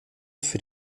für